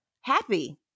happy